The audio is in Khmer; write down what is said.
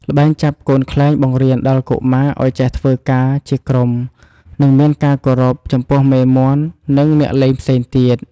ល្បែងចាប់កូនខ្លែងបង្រៀនដល់កុមារឲ្យចេះធ្វើការជាក្រុម និងមានការគោរពចំពោះមេមាន់ និងអ្នកលេងផ្សេងទៀត។